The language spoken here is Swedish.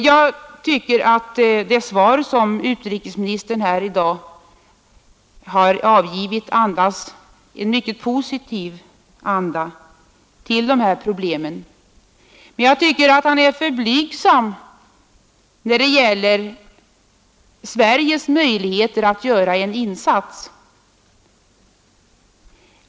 Jag tycker att det svar som utrikesministern här i dag har avgivit andas en mycket positiv inställning till dessa problem, Men jag tycker att han är för blygsam när det gäller Sveriges möjligheter att göra en insats.